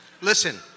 Listen